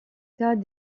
cas